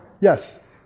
Yes